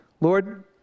Lord